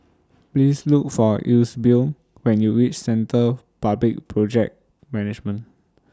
Please Look For Eusebio when YOU REACH Centre For Public Project Management